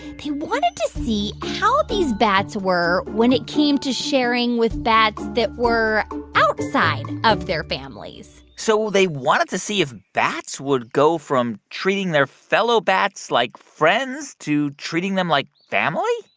they wanted to see how these bats were when it came to sharing with bats that were outside of their families so they wanted to see if bats would go from treating their fellow bats like friends to treating them like family?